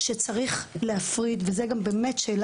זה מקרה